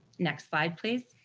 next slide, please.